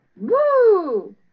Woo